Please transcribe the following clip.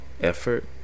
effort